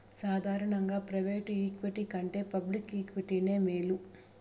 సాదారనంగా private equity కంటే public ఈక్విటీనే మేలు